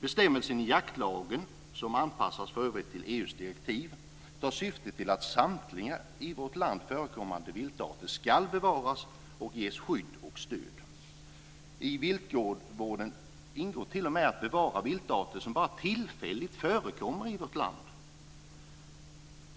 Bestämmelsen i jaktlagen, som för övrigt anpassats till EU:s direktiv, syftar till att samtliga i vårt land förekommande viltarter ska bevaras och ges skydd och stöd. I viltvården ingår t.o.m. att bevara viltarter som bara tillfälligt förekommer i vårt land.